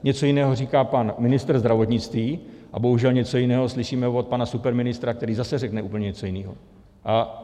Něco jiného říká pan ministr zdravotnictví a bohužel něco jiného slyšíme od pana superministra, který zase řekne úplně něco jiného.